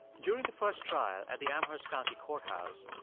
during the first trial, at the amherst county courthouse,